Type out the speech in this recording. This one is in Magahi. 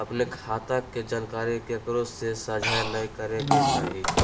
अपने खता के जानकारी केकरो से साझा नयय करे के चाही